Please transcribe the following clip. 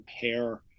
pair